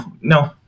no